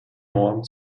normen